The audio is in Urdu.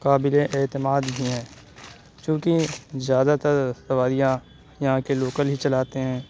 قابل اعتماد بھی ہیں چوں کہ زیادہ تر سواریاں یہاں کے لوکل ہی چلاتے ہیں